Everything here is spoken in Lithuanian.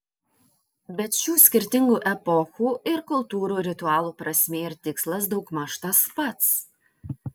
bet šių skirtingų epochų ir kultūrų ritualų prasmė ir tikslas daugmaž tas pats